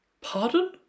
Pardon